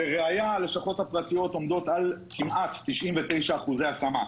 לראייה, הלשכות הפרטיות עומדות על כמעט 99% השמה.